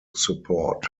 support